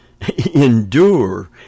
endure